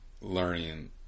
learning